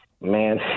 Man